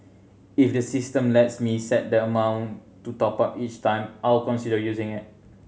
if the system lets me set the amount to top up each time I'll consider using it